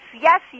yes